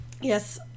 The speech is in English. yes